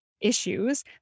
issues